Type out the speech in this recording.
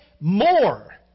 more